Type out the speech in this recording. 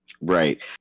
Right